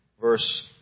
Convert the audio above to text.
verse